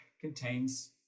contains